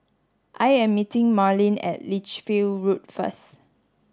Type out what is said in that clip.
I am meeting Marlin at Lichfield Road first